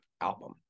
album